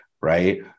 right